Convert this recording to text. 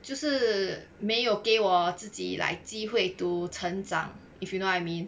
就是没有给我自己 like 机会 to 成长 if you know what I mean